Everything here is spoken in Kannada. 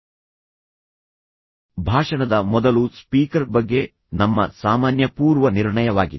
ನಮ್ಮಲ್ಲಿ ಹೆಚ್ಚಿನವರು ಹೊಂದಿರುವ ಮತ್ತು ಸಕ್ರಿಯ ಶ್ರವಣಕ್ಕೆ ತಡೆಗೋಡೆಯಾಗಿ ಕಾರ್ಯನಿರ್ವಹಿಸುವ ಇತರ ಸಾಮಾನ್ಯ ವಿಷಯ ಭಾಷಣದ ಮೊದಲು ಸ್ಪೀಕರ್ ಬಗ್ಗೆ ನಮ್ಮ ಸಾಮಾನ್ಯ ಪೂರ್ವ ನಿರ್ಣಯವಾಗಿದೆ